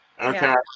Okay